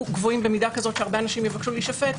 גבוהים במידה כזאת שהרבה אנשים יבקש להישפט,